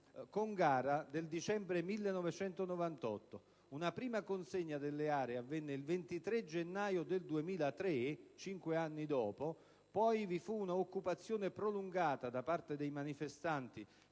con gara del dicembre 1998. Una prima consegna delle aree avvenne il 23 gennaio 2003, cinque anni dopo; poi vi fu un'occupazione prolungata da parte dei manifestanti